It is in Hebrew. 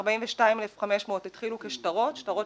42,500 התחילו כשטרות, שטרות